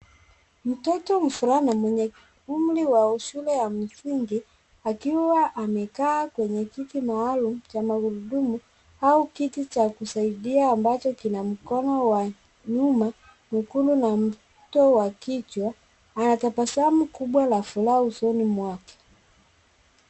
Mtoto mvulana mwenye umri wa shule ya msingi, akiwa amekaa kwenye kiti maalum cha magurudumu, au kiti cha kusaidia ambacho kina mkono wa nyuma mwekundu na mto wa kichwa, ana tabasamu kubwa la furaha usoni mwake.